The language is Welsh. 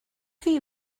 chi